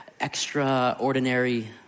extraordinary